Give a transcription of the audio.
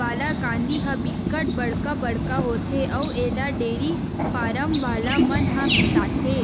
वाला कांदी ह बिकट बड़का बड़का होथे अउ एला डेयरी फारम वाला मन ह बिसाथे